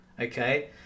okay